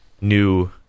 new